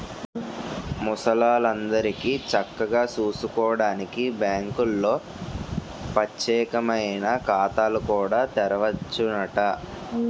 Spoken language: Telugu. ముసలాల్లందరికీ చక్కగా సూసుకోడానికి బాంకుల్లో పచ్చేకమైన ఖాతాలు కూడా తెరవచ్చునట